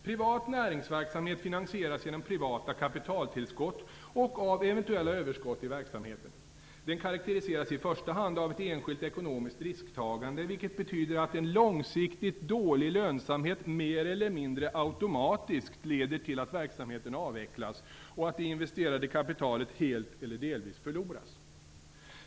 Privat näringsverksamhet finansieras genom privata kapitaltillskott och av eventuella överskott i verksamheten. Den karakteriseras i första hand av enskilt ekonomiskt risktagande, vilket betyder att en långsiktigt dålig lönsamhet mer eller mindre automatiskt leder till att verksamheten avvecklas och att det investerade kapitalet helt eller delvis förloras.